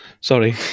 Sorry